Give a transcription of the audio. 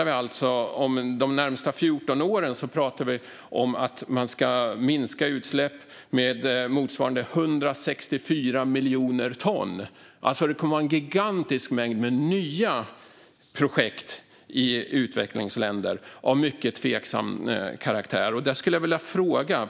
Vi pratar om att man ska minska utsläppen med motsvarande 164 miljoner ton de närmaste 14 åren. Det kommer alltså att vara en gigantisk mängd nya projekt av mycket tveksam karaktär i utvecklingsländer.